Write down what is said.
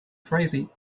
crazy